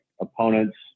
opponents